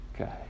Okay